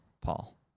Paul